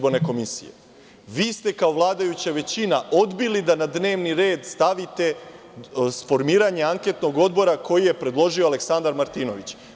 Vi ste kao vladajuća većina odbili da na dnevni red stavite formiranje anketnog odbora koji je predložio Aleksandar Martinović.